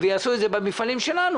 ויעשו את זה במפעלים שלנו,